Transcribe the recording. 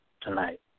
tonight